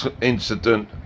incident